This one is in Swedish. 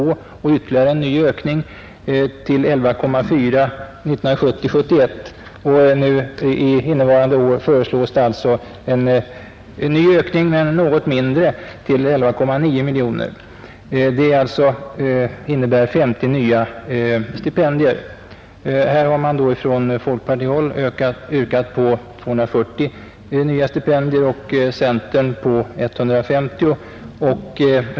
Det blev ytterligare en ökning till 11,4 miljoner 1970/71, och innevarande år föreslås alltså en ny ökning — men något mindre — till 11,9 miljoner, vilket innebär 50 nya stipendier. Från folkpartiet har man yrkat på 240 nya stipendier och från centern på 150.